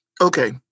Okay